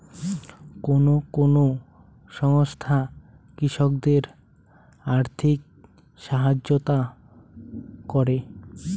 কোন কোন সংস্থা কৃষকদের আর্থিক সহায়তা করে?